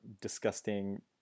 disgusting